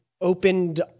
opened